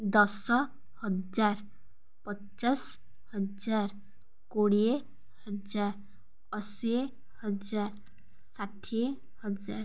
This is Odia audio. ଦଶ ହଜାର ପଚାଶ ହଜାର କୋଡ଼ିଏ ହଜାର ଅଶୀ ହଜାର ଷାଠିଏ ହଜାର